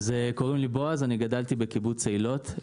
קוראים לי בעז, אני גדלתי בקיבוץ אילות.